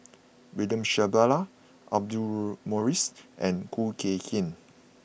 William Shellabear Audra Morrice and Khoo Kay Hian